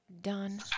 done